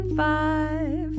five